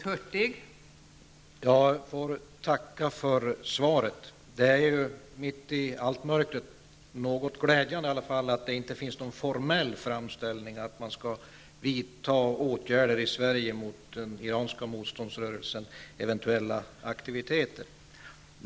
Fru talman! Jag får tacka för svaret. Det är mitt i allt mörkret något glädjande att det i alla fall inte finns någon formell framställan om att man skall vidta åtgärder i Sverige mot den iranska motståndsrörelsens eventuella aktiviteter.